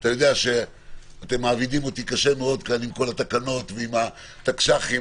אתה יודע שאתם מעבידים אותי קשה עם כל התקנות ועם התקנות לשעת חירום.